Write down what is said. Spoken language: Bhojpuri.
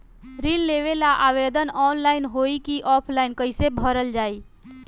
ऋण लेवेला आवेदन ऑनलाइन होई की ऑफलाइन कइसे भरल जाई?